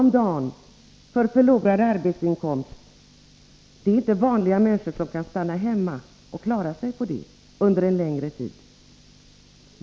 om dagen för förlorad arbetsinkomst kan inte vanliga människor klara sig och stanna hemma under en längre tid.